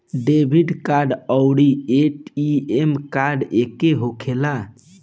Debit card आउर ATM card एके होखेला?